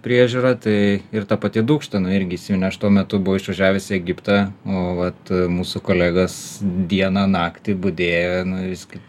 priežiūra tai ir ta pati dūkšta nu irgi įsiminė aš tuo metu buvau išvažiavęs į egiptą o vat mūsų kolegos dieną naktį budėjo nu jis kaip